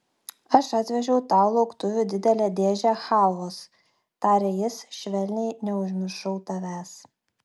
aš atvežiau tau lauktuvių didelę dėžę chalvos tarė jis švelniai neužmiršau tavęs